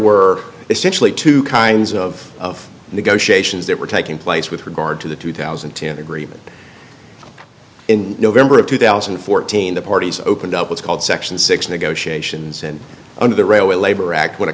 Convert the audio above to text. were essentially two kinds of negotiations that were taking place with regard to the two thousand and ten agreement in november of two thousand and fourteen the parties opened up what's called section six negotiations and under the railway labor act wh